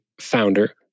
founder